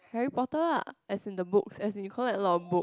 Harry Potter ah as in the books as in you collect a lot of book